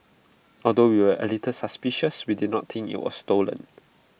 although we were A little suspicious we did not think IT was stolen